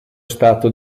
stato